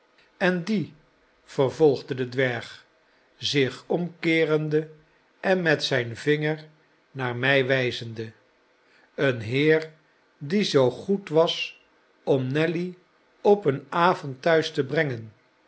en die vervolgde de dwerg zich omkeerende en met zijn vinger naar mij wijzende een heer die zoo goed was om nelly op een avond thuis te brengen